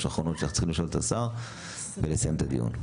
אחרונות שאנחנו צריכים לשאול את השר ולסיים את הדיון.